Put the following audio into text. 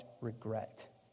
regret